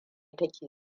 take